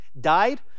died